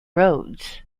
roads